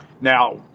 Now